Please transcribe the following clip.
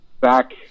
back